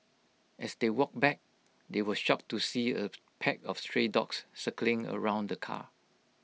as they walked back they were shocked to see A pack of stray dogs circling around the car